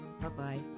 Bye-bye